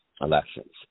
elections